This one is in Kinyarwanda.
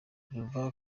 ruva